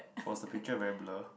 was the picture very blur